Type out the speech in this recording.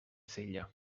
sella